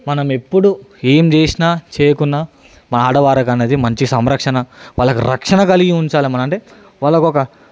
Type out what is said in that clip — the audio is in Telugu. మనం ఎప్పుడు ఏం చేసినా చేయకున్నా మా ఆడవారికి అనేది మంచి సంరక్షణ వాళ్ళకి రక్షణ కలిగి ఉంచాలి అంటే వాళ్ళకు ఒక